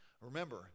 Remember